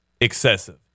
excessive